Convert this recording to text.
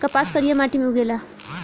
कपास करिया माटी मे उगेला